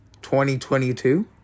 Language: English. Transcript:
2022